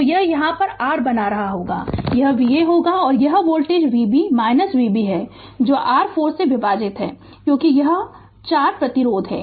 तो यह यहाँ r बना रहा होगा यह Va होगा यह वोल्टेज Vb Vb है जो r 4 से विभाजित है क्योंकि यह 4 प्रतिरोध है